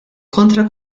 kontra